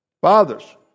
Fathers